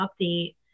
update